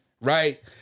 right